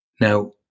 Now